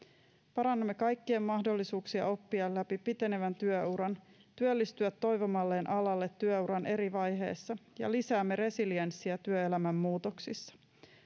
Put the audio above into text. parannamme kaikkien mahdollisuuksia oppia läpi pitenevän työuran työllistyä toivomalleen alalle työuran eri vaiheissa ja lisäämme resilienssiä työelämän muutoksissa